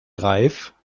reif